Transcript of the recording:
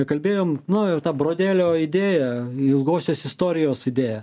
ir kalbėjom nu jau ta brodėlio idėja ilgosios istorijos idėja